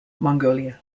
mongolia